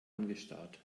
angestarrt